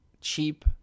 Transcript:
cheap